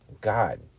god